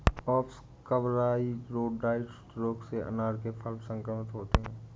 अप्सकवाइरोइड्स रोग से अनार के फल संक्रमित होते हैं